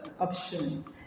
options